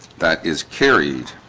that is carried